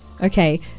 Okay